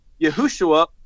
Yahushua